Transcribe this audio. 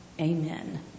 Amen